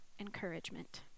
encouragement